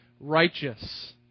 righteous